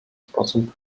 sposób